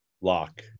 Lock